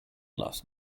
last